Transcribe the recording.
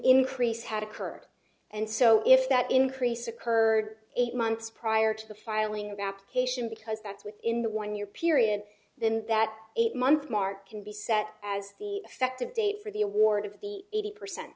increase had occurred and so if that increase occurred eight months prior to the filing of application because that's within the one year period then that eight month mark can be set as the effective date for the award of the eighty percent